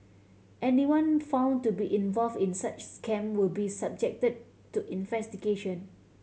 anyone found to be involve in such scam will be subjected to investigation